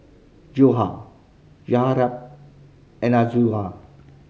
Joyah Zaynab and Amirah